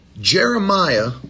Jeremiah